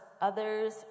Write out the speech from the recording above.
others